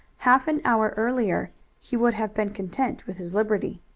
half an hour earlier he would have been content with his liberty.